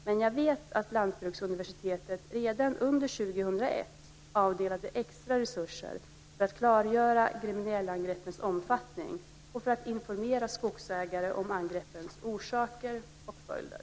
Men jag vet att Lantbruksuniversitetet redan under 2001 avdelade extra resurser för att klargöra gremmeniellaangreppens omfattning och för att informera skogsägare om angreppens orsaker och följder.